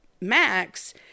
Max